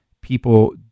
people